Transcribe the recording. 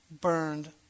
burned